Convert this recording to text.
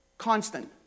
Constant